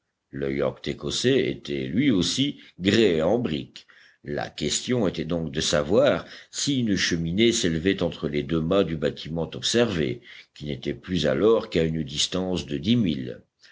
le yacht écossais était lui aussi gréé en brick la question était donc de savoir si une cheminée s'élevait entre les deux mâts du bâtiment observé qui n'était plus alors qu'à une distance de